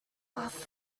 last